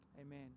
Amen